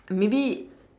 maybe